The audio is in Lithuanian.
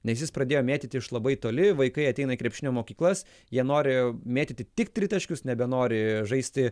nes jis pradėjo mėtyti iš labai toli vaikai ateina į krepšinio mokyklas jie nori mėtyti tik tritaškius nebenori žaisti